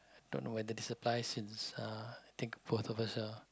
don't know whether this applies since uh I think of both of us are